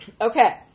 okay